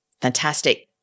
Fantastic